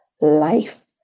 life